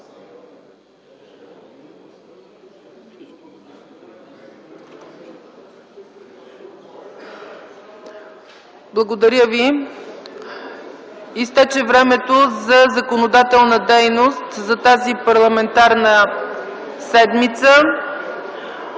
е прието. Изтече времето за законодателна дейност за тази парламентарна седмица.